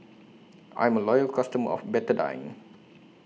I'm A Loyal customer of Betadine